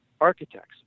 architects